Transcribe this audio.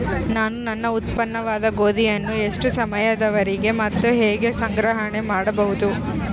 ನಾನು ನನ್ನ ಉತ್ಪನ್ನವಾದ ಗೋಧಿಯನ್ನು ಎಷ್ಟು ಸಮಯದವರೆಗೆ ಮತ್ತು ಹೇಗೆ ಸಂಗ್ರಹಣೆ ಮಾಡಬಹುದು?